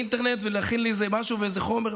ולהכין לי איזה משהו ואיזה חומר.